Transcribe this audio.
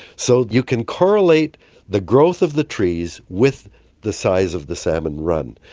so you can correlate the growth of the trees with the size of the salmon run.